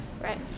Right